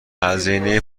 هزینه